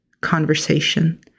conversation